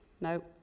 no